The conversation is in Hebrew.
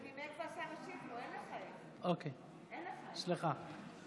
סליחה.